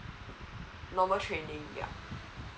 normal training yeah